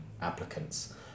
applicants